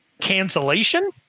cancellation